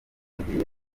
ngiye